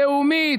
לאומית,